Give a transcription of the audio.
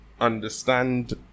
understand